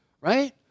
right